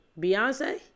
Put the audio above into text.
Beyonce